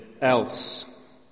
else